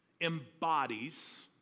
embodies